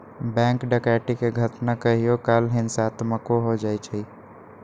bank डकैती के घटना कहियो काल हिंसात्मको हो जाइ छइ